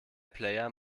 player